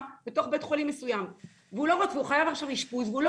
בתוך בית חולים מסוים והוא חייב עכשיו אשפוז והוא לא